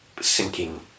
sinking